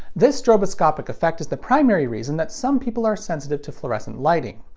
this stroboscopic effect is the primary reason that some people are sensitive to fluorescent lighting.